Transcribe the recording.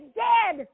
dead